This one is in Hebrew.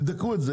תבדקו את זה.